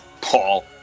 Paul